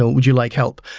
so would you like help?